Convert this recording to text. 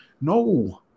no